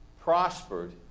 prospered